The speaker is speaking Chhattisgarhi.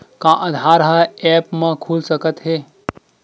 का आधार ह ऐप म खुल सकत हे?